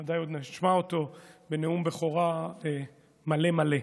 ודאי עוד נשמע אותו בנאום בכורה מלא מלא.